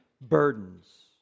burdens